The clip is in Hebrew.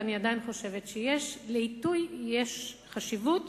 ואני עדיין חושבת שלעיתוי יש חשיבות,